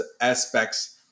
aspects